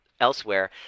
elsewhere